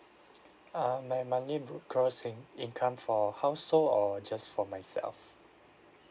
err my monthly gross in~ income for household or just for myself